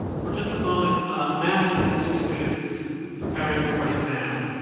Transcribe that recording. for just a moment imagine two students preparing for an exam.